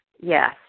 Yes